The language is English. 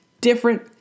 different